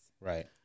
Right